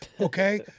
okay